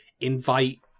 invite